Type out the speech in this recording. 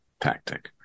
tactic